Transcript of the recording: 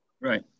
Right